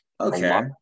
okay